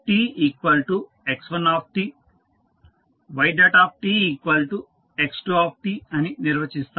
మనము ytx1t ytx2t ఆని నిర్వచిస్తాము